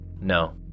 No